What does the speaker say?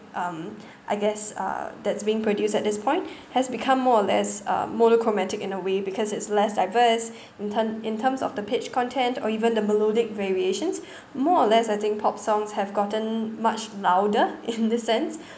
um I guess uh that's being produced at this point has become more or less uh monochromatic in a way because it's less diverse in term in terms of the pitch content or even the melodic variations more or less I think pop songs have gotten much louder in the sense